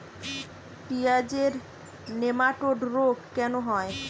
পেঁয়াজের নেমাটোড রোগ কেন হয়?